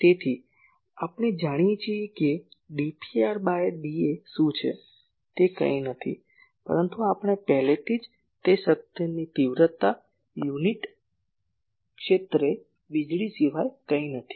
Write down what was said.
તેથી આપણે જાણીએ છીએ કે d Pr બાય dA શું છે તે કંઈ નથી પરંતુ આપણી પહેલેથી જ તે શક્તિની તીવ્રતા યુનિટ ક્ષેત્રે વીજળી સિવાય કંઈ નથી